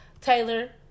Taylor